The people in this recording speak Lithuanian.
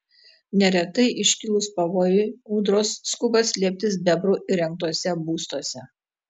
neretai iškilus pavojui ūdros skuba slėptis bebrų įrengtuose būstuose